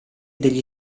degli